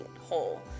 whole